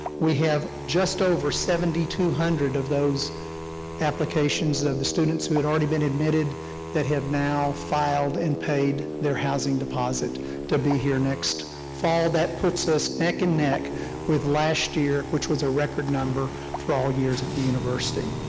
we have just over seven thousand two hundred of those applications of the students who had already been admitted that have now filed and paid their housing deposit to be here next fall that puts us neck and neck with last year, which was a record number for all years at the university.